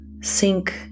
sink